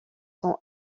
sont